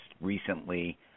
recently